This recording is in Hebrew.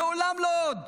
לעולם לא עוד.